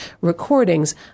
recordings